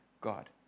God